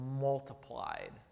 multiplied